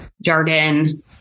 Jardin